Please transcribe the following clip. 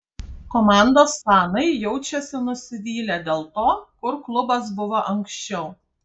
komandos fanai jaučiasi nusivylę dėl to kur klubas buvo anksčiau